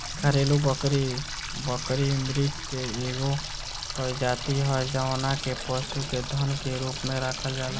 घरेलु बकरी, बकरी मृग के एगो प्रजाति ह जवना के पशु के धन के रूप में राखल जाला